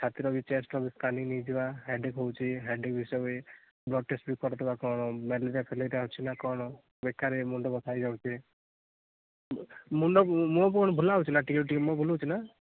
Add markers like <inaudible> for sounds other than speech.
ଛାତିର ବି ଚେଷ୍ଟର ବି ସ୍କାନିଙ୍ଗ୍ ନେଇଯିବା ହେଡ଼ାକ୍ ହେଉଛି <unintelligible> ବ୍ଲଡ଼୍ ଟେଷ୍ଟ୍ କରିଦେବା କ'ଣ ମ୍ୟାଲେରିଆ ଫ୍ୟାଲେରିଆ ଅଛି ନା କ'ଣ ବେକାରରେ ମୁଣ୍ଡ ବଥା ହେଇ ଯାଉଛି ମୁଣ୍ଡ <unintelligible> ମୁହ ଫୁହ ବୁଲା ହେଉଛି ନା ଟିକେ ମୁହ ବୁଲାଉଛି ନା